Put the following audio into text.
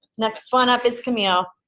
next one up, it's camille.